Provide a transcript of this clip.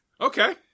Okay